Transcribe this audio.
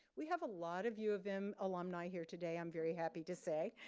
we have a lot of u of m alumni here today, i'm very happy to say.